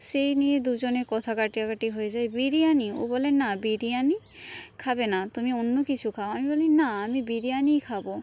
সেই নিয়ে দুজনে কথা কাটাকাটি হয়ে যায় বিরিয়ানি ও বলে না বিরিয়ানি খাবে না তুমি অন্য কিছু খাও আমি বলি না আমি বিরিয়ানিই খাব